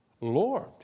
Lord